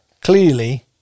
clearly